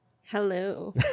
Hello